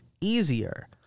easier